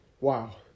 Wow